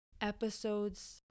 episodes